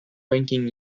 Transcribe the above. ranking